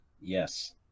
Yes